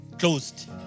Closed